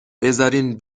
بذارین